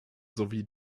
sowie